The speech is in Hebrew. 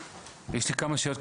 יש לי כמה שאלות,